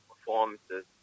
performances